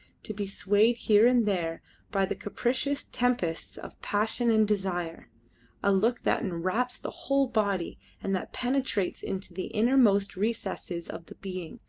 to be swayed here and there by the capricious tempests of passion and desire a look that enwraps the whole body, and that penetrates into the innermost recesses of the being,